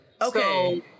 Okay